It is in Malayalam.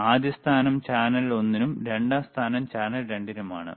ആദ്യ സ്ഥാനം ചാനൽ ഒന്നിനും രണ്ടാം സ്ഥാനം ചാനൽ 2 നും ആണ്